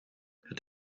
het